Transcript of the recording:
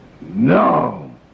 No